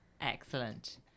Excellent